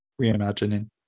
Reimagining